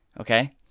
okay